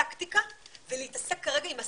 טקטיקה ולהתעסק כרגע עם אסטרטגיה.